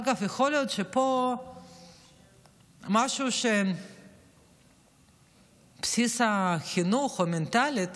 אגב, יכול להיות שפה משהו בבסיס החינוך המנטלי,